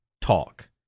talk